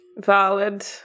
Valid